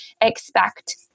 expect